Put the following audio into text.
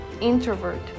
introvert